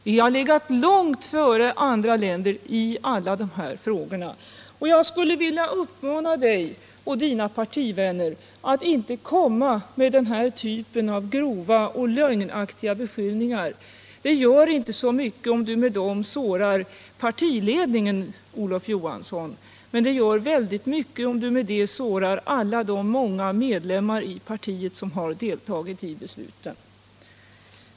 Vi har legat långt före andra länder i alla de här frågorna. Jag skulle vilja uppmana dig och dina partivänner att inte komma med den här typen av grova och lögnaktiga beskyllningar. Det gör inte så mycket om du, Olof Johansson, med dem sårar partiledningen, men det gör väldigt mycket om du med dem sårar alla de medlemmar i partiet som har deltagit i besluten.